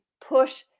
push